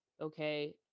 okay